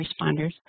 responders